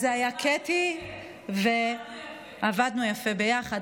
אז הייתה קטי, עבדנו יפה.